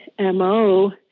mo